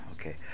Okay